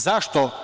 Zašto?